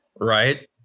right